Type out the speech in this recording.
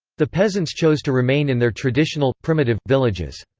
the peasants chose to remain in their traditional, primitive, villages.